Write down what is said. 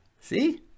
see